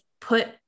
put